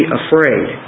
afraid